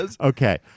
Okay